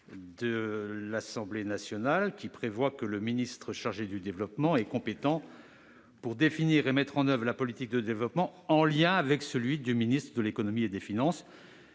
de l'Assemblée nationale, selon laquelle le ministre chargé du développement est compétent pour définir et mettre en oeuvre le politique de développement, en lien avec le ministre de l'économie et des finances.